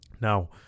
Now